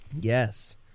Yes